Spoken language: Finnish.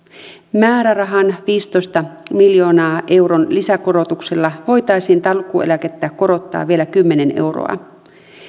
määrärahan viidentoista miljoonan euron lisäkorotuksella voitaisiin takuueläkettä korottaa vielä kymmenen euroa